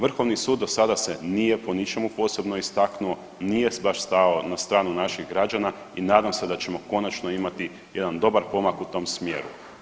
Vrhovni sud do sada se nije po ničemu posebno istaknuo, nije baš stao na stranu naših građana i nadam se da ćemo konačno imati jedan dobar pomak u tom smjeru.